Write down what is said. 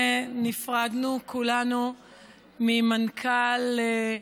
אנחנו עוברים לסעיף הבא והאחרון בחקיקה שעל סדר-היום,